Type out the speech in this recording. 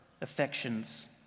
affections